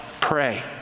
Pray